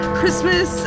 Christmas